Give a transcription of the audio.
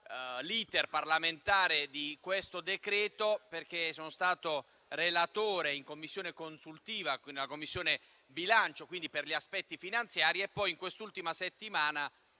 l'*iter* parlamentare di questo decreto, perché sono stato relatore in sede consultiva in Commissione bilancio per gli aspetti finanziari. In quest'ultima settimana